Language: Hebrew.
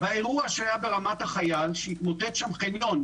באירוע שהיה ברמת החייל שהתמוטט שם חניון,